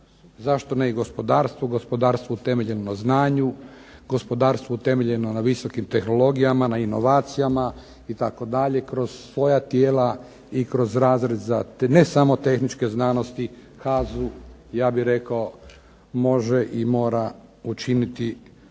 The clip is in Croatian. Zašto ne i gospodarstvo? Gospodarstvo utemeljeno na znanju, gospodarstvo utemeljeno na visokim tehnologijama, na inovacijama itd., kroz svoja tijela i kroz razred za ne samo tehničke znanosti HAZU ja bih rekao može i mora učiniti